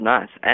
Nice